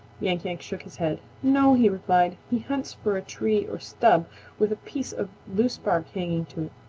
yank-yank shook his head. no, he replied. he hunts for a tree or stub with a piece of loose bark hanging to